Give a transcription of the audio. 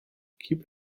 keep